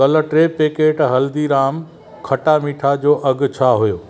कल्ह टे पैकेट हल्दीराम खट्टा मीठा जो अघि छा हुयो